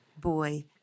boy